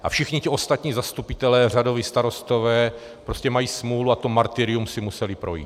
A všichni ti ostatní zastupitelé, řadoví starostové, prostě mají smůlu a to martyrium si museli projít.